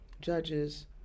judges